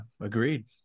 agreed